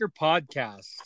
podcast